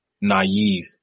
naive